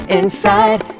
inside